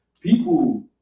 people